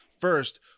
First